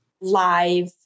live